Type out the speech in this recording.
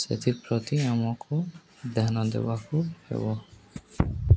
ସେଥିପ୍ରତି ଆମକୁ ଧ୍ୟାନ ଦେବାକୁ ହେବ